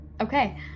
Okay